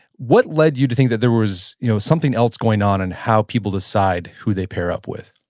what led you to think that there was you know something else going on in how people decide who they pair up with?